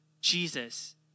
Jesus